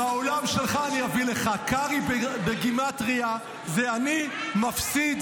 מהעולם שלך אני אביא לך: קרעי בגימטרייה זה "אני מפסיד,